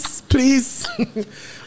please